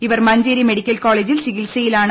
ഇവർ മഞ്ചേരി മെഡിക്കൽ കോളേജിൽ ചികിത്സയിലാണ്